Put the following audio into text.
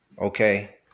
Okay